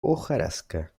hojarasca